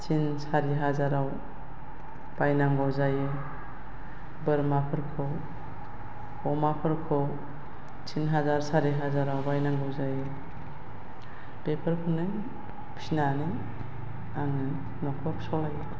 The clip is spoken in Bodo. तिन सारि हाजाराव बायनांगौ जायो बोरमाफोरखौ अमाफोरखौ तिन हाजार सारि हाजाराव बायनांगौ जायो बेफोरखौनो फिसिनानै आङो न'खर सालायनो